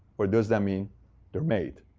or does that mean they're made?